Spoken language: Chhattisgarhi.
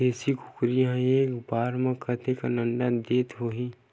देशी कुकरी एक बार म कतेकन अंडा देत होही?